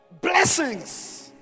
Blessings